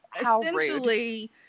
essentially